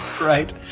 Right